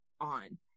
on